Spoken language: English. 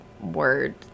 word